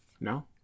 No